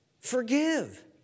Forgive